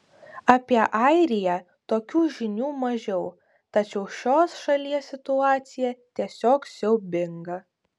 apie airiją tokių žinių mažiau tačiau šios šalies situacija tiesiog siaubinga